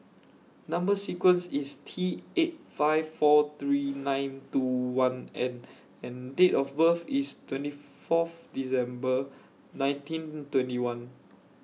Number sequence IS T eight five four three nine two one N and Date of birth IS twenty Fourth December nineteen twenty one